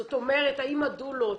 זאת אומרת האם הדולות